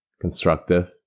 constructive